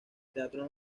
teatro